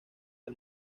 del